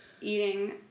Eating